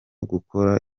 gukora